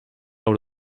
out